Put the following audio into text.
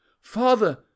Father